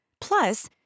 Plus